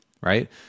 Right